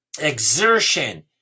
exertion